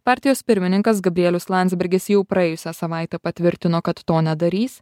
partijos pirmininkas gabrielius landsbergis jau praėjusią savaitę patvirtino kad to nedarys